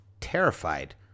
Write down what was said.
terrified